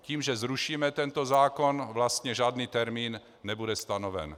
Tím, že zrušíme tento zákon, vlastně žádný termín nebude stanoven.